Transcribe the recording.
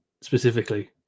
specifically